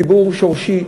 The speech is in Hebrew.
ציבור שורשי,